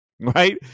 right